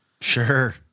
sure